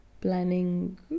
planning